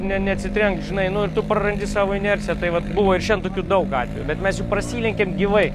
ne neatsitrenkt žinai nu ir tu prarandi savo inerciją tai vat buvo ir šian tokių daug atvejų bet mes jau prasilenkėm gyvai